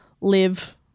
live